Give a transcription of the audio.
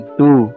two